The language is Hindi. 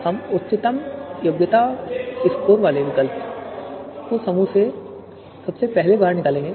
हम उच्चतम योग्यता स्कोर वाले विकल्प वाले इस पहले समूह C1 को निकालेंगे